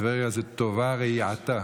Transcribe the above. טבריה זה "טובה ראייתה".